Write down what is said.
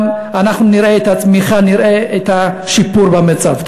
אנחנו גם נראה את הצמיחה, נראה את השיפור במצב.